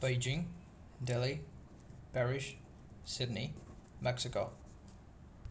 Beijing Delhi Paris Sydney Mexico